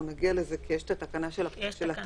אנחנו נגיע לזה, כי יש את התקנה של התהליך.